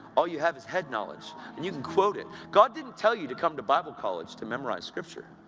all you have is head knowledge, and you can quote it. god didn't tell you to come to bible college, to memorise scripture.